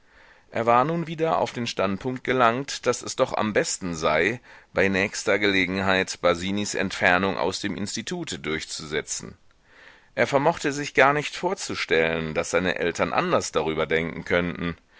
er war nun wieder auf den standpunkt gelangt daß es doch am besten sei bei nächster gelegenheit basinis entfernung aus dem institute durchzusetzen er vermochte sich gar nicht vorzustellen daß seine eltern anders darüber denken könnten